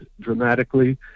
dramatically